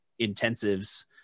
intensives